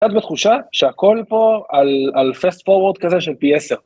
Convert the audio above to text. קצת בתחושה שהכל פה על fast forward כזה של פי 10.